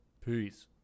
Peace